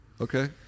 Okay